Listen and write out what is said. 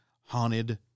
haunted